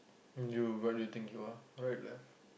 you what do you think you are right left